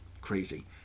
crazy